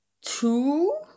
two